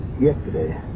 yesterday